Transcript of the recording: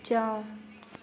ꯆꯥꯎ